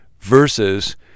versus